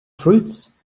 fruits